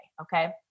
okay